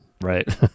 Right